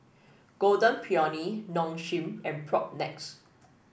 Golden Peony Nong Shim and Propnex